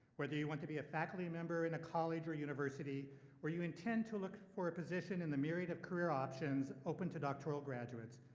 whether you want to be a faculty member in a college or university or you intend to look for a position in the myriad of career options opened to doctoral graduates,